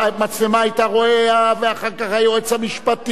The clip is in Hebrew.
המצלמה היתה, ואחר כך היה היועץ המשפטי,